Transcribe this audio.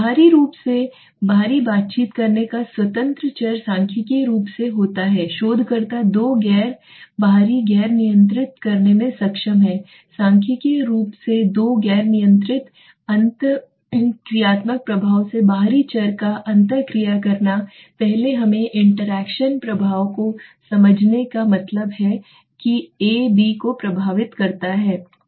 बाहरी रूप से बाहरी बातचीत करने का स्वतंत्र चर सांख्यिकीय रूप से होता है शोधकर्ता दो गैर बाहरी गैर नियंत्रित करने में सक्षम है सांख्यिकीय रूप से दो गैर नियंत्रित अंतःक्रियात्मक प्रभाव से बाहरी चर का अंतःक्रिया करना पहले हमें इंटरेक्शन प्रभाव को समझने का मतलब है कि A B को प्रभावित करता है